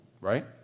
Right